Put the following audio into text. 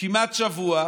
כמעט שבוע.